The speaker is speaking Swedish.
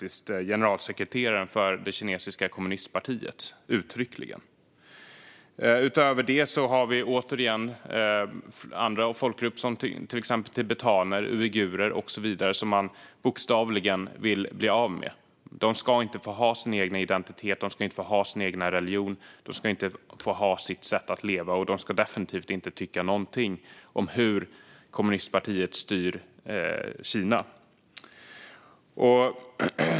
Generalsekreteteraren för det kinesiska kommunistpartiet sa uttryckligen att det var ett uttalat mål att eliminera dem. Det gäller även andra folkgrupper såsom tibetaner, uigurer med flera som man bokstavligen vill bli av med. De ska inte få ha sin egen identitet, sin religion eller sitt sätt att leva, och de ska definitivt inte tycka någonting om hur kommunistpartiet styr Kina.